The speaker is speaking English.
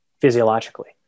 physiologically